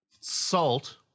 salt